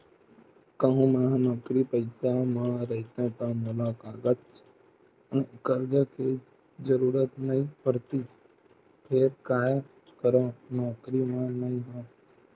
कहूँ मेंहा नौकरी पइसा म रहितेंव ता मोला करजा के जरुरत नइ पड़तिस फेर काय करव नउकरी म नइ हंव